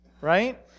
right